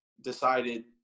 decided